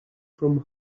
from